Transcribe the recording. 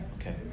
Okay